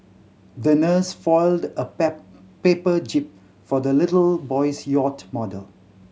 the nurse a pap paper jib for the little boy's yacht model